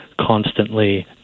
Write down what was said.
constantly